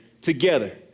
together